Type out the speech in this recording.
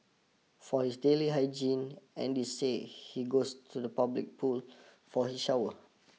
for his daily hygiene Andy say he goes to a public pool for his shower